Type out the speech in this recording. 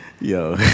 Yo